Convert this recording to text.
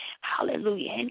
Hallelujah